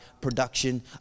production